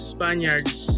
Spaniards